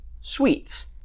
sweets